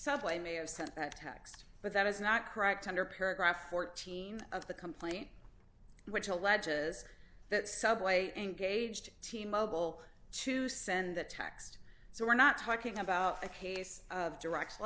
subway may have sent that text but that is not correct under paragraph fourteen of the complaint which alleges that subway engaged team mobile to send that text so we're not talking about a case of direct